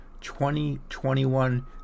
2021